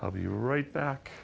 i'll be right back